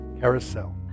Carousel